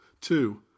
Two